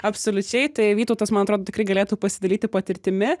absoliučiai tai vytautas man atrodo tikrai galėtų pasidalyti patirtimi